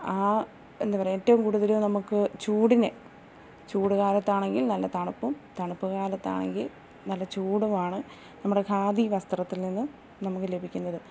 ആ എന്താ പറയുക ഏറ്റവും കൂടുതല് നമുക്ക് ചൂടിനെ ചൂട് കാലത്താണെങ്കിൽ നല്ല തണുപ്പും തണുപ്പ് കാലത്താണെങ്കിൽ നല്ല ചൂടുമാണ് നമ്മുടെ ഖാദി വസ്ത്രത്തിൽ നിന്ന് നമുക്ക് ലഭിക്കുന്നത്